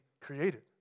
created